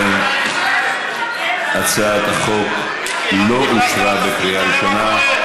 ובכן, הצעת החוק לא אושרה בקריאה ראשונה.